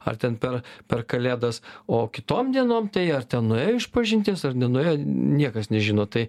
ar ten per per kalėdas o kitom dienom tai ar ten nuėjo išpažinties ar nenuėjo niekas nežino tai